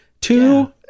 two